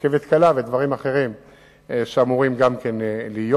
רכבת קלה ודברים אחרים שאמורים להיות,